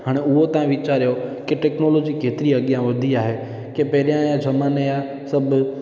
हाणे उहो तव्हां वीचारियो कि टेक्नोलोजी केतिरी अॻियां वधी आहे कि पहिरियां जे ज़माने जा सभु